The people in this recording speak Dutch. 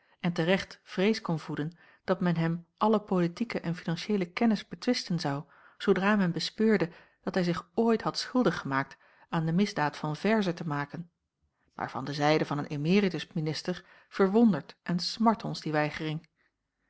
en te recht vrees kon voeden dat men hem alle politieke en financieele kennis betwisten zou zoodra men bespeurde dat hij zich ooit had schuldig gemaakt aan de misdaad van verzen te maken maar van de zijde van een emeritus minister verwondert en smart ons die weigering